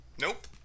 Nope